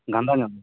ᱜᱟᱱᱫᱟ ᱧᱚᱜ